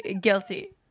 guilty